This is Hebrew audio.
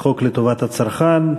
הצעת חוק לטובת הצרכן.